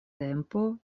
tempo